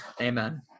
Amen